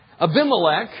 Abimelech